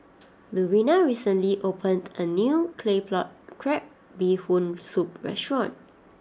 Lurena recently opened a new Claypot Crab Bee Hoon Soup restaurant